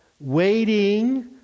waiting